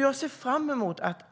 Jag ser fram emot att